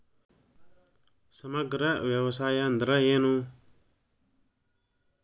ಸಮಗ್ರ ವ್ಯವಸಾಯ ಅಂದ್ರ ಏನು?